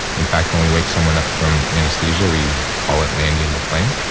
in fact, when we wake someone up from anesthesia, we call it landing the plane